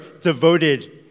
devoted